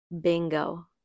bingo